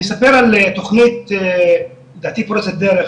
אני אספר על תוכנית לדעתי פורצת דרך